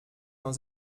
noch